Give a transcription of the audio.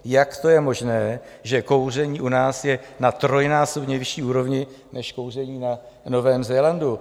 Jak je možné, že kouření u nás je na trojnásobně vyšší úrovni než kouření na Novém Zélandu?